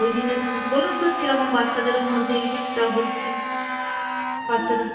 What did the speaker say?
ওই দিনে বলুন তো কী রকম বাচ্চাদের মধ্যে এফেক্টটা হচ্ছে বাচ্চারা